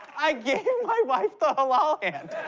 i gave my wife the halal hand.